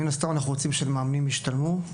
מן הסתם, אנחנו רוצים שמאמנים ישתלמו.